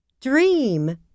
dream